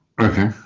Okay